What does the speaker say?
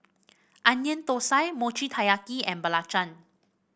Onion Thosai Mochi Taiyaki and belacan